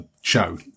show